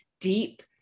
deep